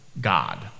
God